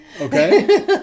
Okay